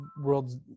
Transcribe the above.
World's